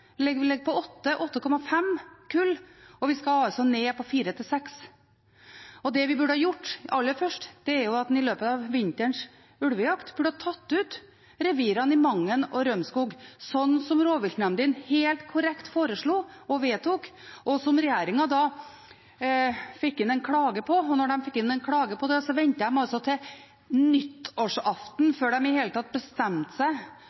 vi ligger på 8–8,5 kull, og vi skal altså ned på 4–6. Det vi burde ha gjort aller først, er at vi i løpet av vinterens ulvejakt hadde tatt ut revirene i Mangen og Rømskog, slik rovviltnemndene helt korrekt foreslo og vedtok, og som regjeringen da fikk inn en klage på. Og da de fikk inn en klage på det, ventet de altså til nyttårsaften før de i det hele tatt bestemte seg